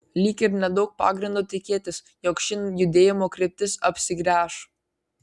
lyg ir nedaug pagrindo tikėtis jog ši judėjimo kryptis apsigręš